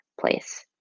place